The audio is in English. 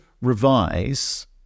revise